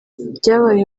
byabaye